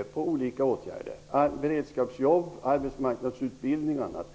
anslagsnivå -- kommer att behövas nästa år för olika åtgärder, för beredskapsjobb, arbetsmarknadsutbildning och annat.